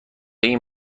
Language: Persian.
این